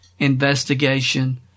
investigation